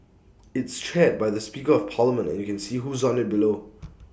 it's chaired by the speaker of parliament and you can see who's on IT below